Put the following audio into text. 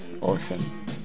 awesome